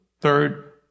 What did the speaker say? third